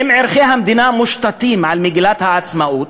אם ערכי המדינה מושתתים על מגילת העצמאות,